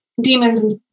demons